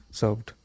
served